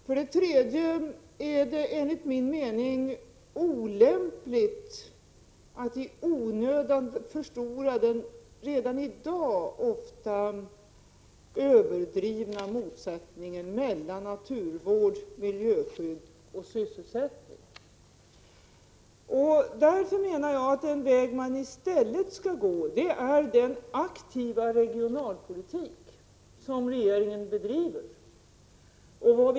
För det tredje är det enligt min mening olämpligt att i onödan förstora den redan i dag ofta överdrivna motsättningen mellan naturvård, miljöskydd och sysselsättning. Den väg man i stället skall gå är den aktiva regionalpolitiska vägen som regeringen har valt.